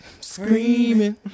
screaming